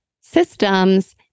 systems